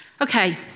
Okay